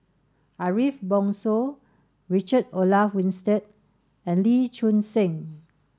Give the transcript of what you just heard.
Ariff Bongso Richard Olaf Winstedt and Lee Choon Seng